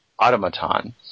automaton